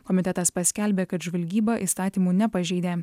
komitetas paskelbė kad žvalgyba įstatymų nepažeidė